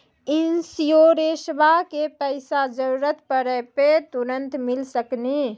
इंश्योरेंसबा के पैसा जरूरत पड़े पे तुरंत मिल सकनी?